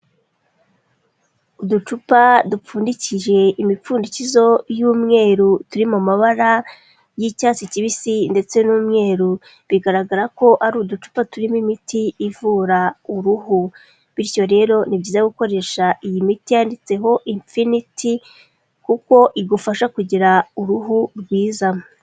Uducupa dupfundikiye imipfundikizo y'umweru turi mu mabara y'icyatsi kibisi ndetse n'umweru, bigaragara ko ari uducupa turimo imiti ivura uruhu, bityo rero ni byiza gukoresha iyi miti yanditseho imfiniti kuko igufasha kugira uruhu rwiza.